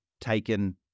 taken